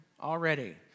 already